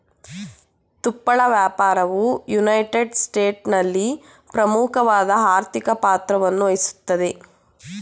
ತುಪ್ಪಳ ವ್ಯಾಪಾರವು ಯುನೈಟೆಡ್ ಸ್ಟೇಟ್ಸ್ನಲ್ಲಿ ಪ್ರಮುಖವಾದ ಆರ್ಥಿಕ ಪಾತ್ರವನ್ನುವಹಿಸ್ತದೆ